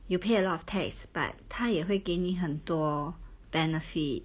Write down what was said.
you pay a lot of tax but 他也会给你很多 benefit